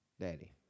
Daddy